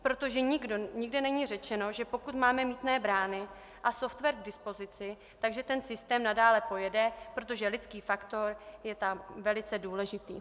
Protože nikde není řečeno, že pokud máme mýtné brány a software k dispozici, tak že ten systém nadále pojede, protože lidský faktor je tam velice důležitý.